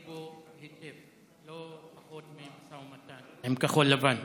היטב, לא פחות ממשא ומתן עם כחול לבן.